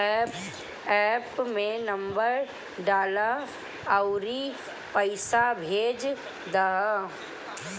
app में number डालअ अउरी पईसा भेज दअ